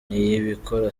niyibikora